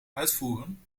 uitvoeren